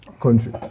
country